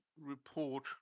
report